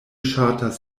ŝatas